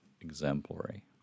exemplary